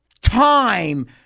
time